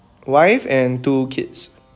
wife and two kids